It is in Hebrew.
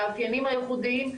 המאפיינים הייחודיים,